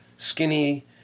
skinny